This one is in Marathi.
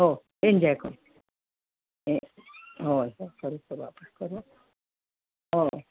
हो एंजॉय करून हो सर कर स वापस करू हो